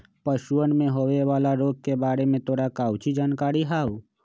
पशुअन में होवे वाला रोग के बारे में तोरा काउची जानकारी हाउ?